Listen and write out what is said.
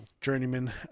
journeyman